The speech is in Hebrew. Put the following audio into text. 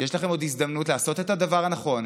יש לכם עוד הזדמנות לעשות את הדבר הנכון,